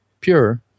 pure